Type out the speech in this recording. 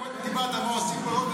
מקודם דיברת על מה עושים פה,